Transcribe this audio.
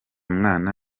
mwana